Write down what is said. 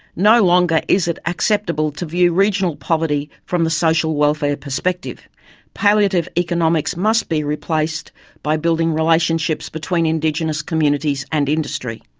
no longer is it acceptable to view regional poverty from the social welfare perspective palliative economics must be replaced by building relationships between indigenous communities and industry.